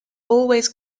always